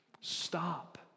Stop